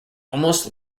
almost